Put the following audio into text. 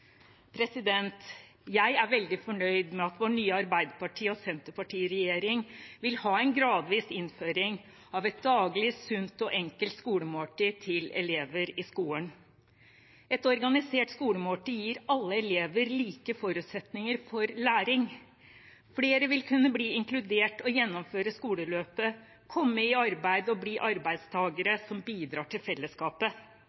Jeg er veldig fornøyd med at vår nye Arbeiderparti–Senterparti-regjering vil ha en gradvis innføring av et daglig, sunt og enkelt skolemåltid til elever i skolen. Et organisert skolemåltid gir alle elever like forutsetninger for læring. Flere vil kunne bli inkludert og gjennomføre skoleløpet, komme i arbeid og bli